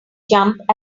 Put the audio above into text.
jump